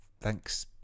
thanks